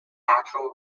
actual